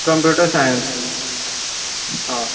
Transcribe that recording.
computer science